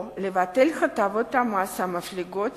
או לבטל הטבות מס מפליגות